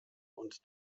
und